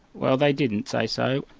well they didn't say so.